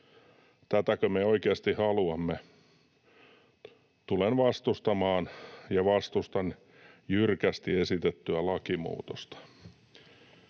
Tätäkö me oikeasti haluamme? Tulen vastustamaan ja vastustan jyrkästi esitettyä lakimuutosta.